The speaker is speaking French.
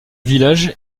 village